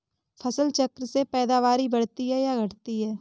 फसल चक्र से पैदावारी बढ़ती है या घटती है?